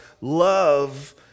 love